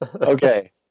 okay